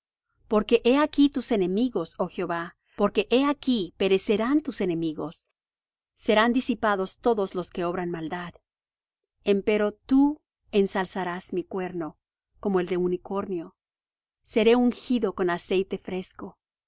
porque he aquí tus enemigos oh jehová porque he aquí perecerán tus enemigos serán disipados todos los que obran maldad empero tú ensalzarás mi cuerno como el de unicornio seré ungido con aceite fresco